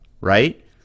right